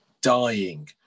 dying